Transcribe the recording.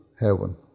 heaven